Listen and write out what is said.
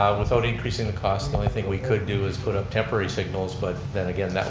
without increasing the cost, the only thing we could do is put up temporary signals but then again,